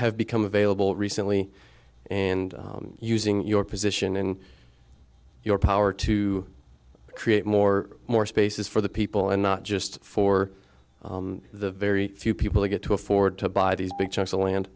have become available recently and using your position and your power to create more more spaces for the people and not just for the very few people who get to afford to buy these big chunks of land